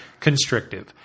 constrictive